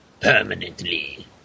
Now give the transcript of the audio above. permanently